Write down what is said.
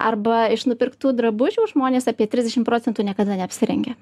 arba iš nupirktų drabužių žmonės apie trisdešim procentų niekada neapsirengia